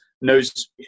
knows